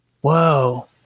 Whoa